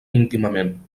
íntimament